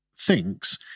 thinks